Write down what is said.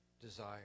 desire